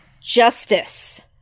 Justice